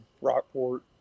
Rockport